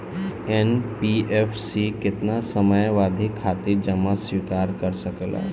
NBFC केतना समयावधि खातिर जमा स्वीकार कर सकला?